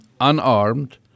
unarmed